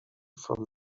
from